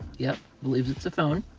yup. believes it's a phone.